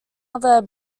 other